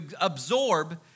absorb